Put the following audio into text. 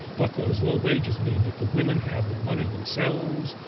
but those low wages mean that the women have the money themselves.